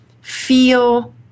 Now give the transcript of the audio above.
feel